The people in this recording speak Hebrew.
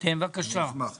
אני מבקש